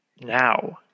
now